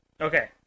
Okay